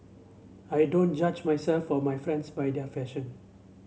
I don't judge myself for my friends by their fashion